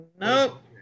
Nope